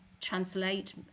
translate